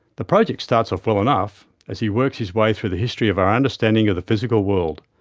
the project starts off well enough, as he works his way through the history of our understanding of the physical world.